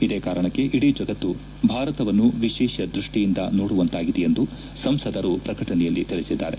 ಇದೇ ಕಾರಣಕ್ಕೆ ಇಡೀ ಜಗತ್ತು ಭಾರತವನ್ನು ವಿಶೇಷ ದೃಷ್ಷಿಯಿಂದ ನೋಡುವಂತಾಗಿದೆ ಎಂದು ಸಂಸದರು ಪ್ರಕಟಣೆಯಲ್ಲಿ ತಿಳಿಸಿದ್ದಾರೆ